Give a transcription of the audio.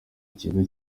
ikibi